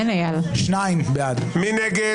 מי נמנע?